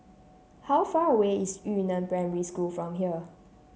how far away is Yu Neng Primary School from here